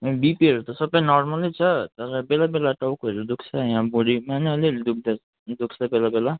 ए बिपीहरू त सब नर्मल छ तर बेला बेला टाउकोहरू दुःख्छ यहाँ भुँडीमा पनि अलि अलि दुःख्छ बेला बेला